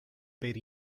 per